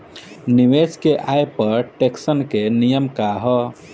निवेश के आय पर टेक्सेशन के नियम का ह?